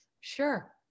sure